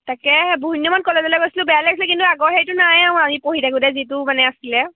তাকেহে বহুতদিনমান কলেজলৈ গৈছিলোঁ বেয়া লাগিছিল কিন্তু আগৰ সেইটো নাই আৰু আমি পঢ়ি থাকোঁতে যিটো মানে আছিলে